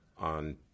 on